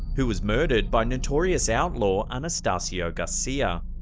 who was murdered by notorious outlaw anastacio garcia.